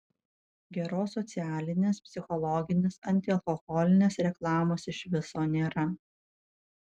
geros socialinės psichologinės antialkoholinės reklamos iš viso nėra